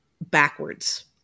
backwards